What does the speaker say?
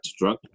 drug